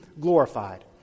glorified